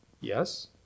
Yes